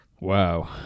Wow